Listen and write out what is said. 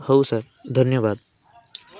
ହଉ ସାର୍ ଧନ୍ୟବାଦ